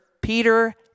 Peter